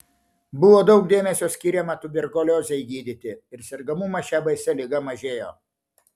buvo daug dėmesio skiriama tuberkuliozei gydyti ir sergamumas šia baisia liga mažėjo